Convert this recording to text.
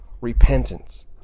repentance